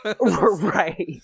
Right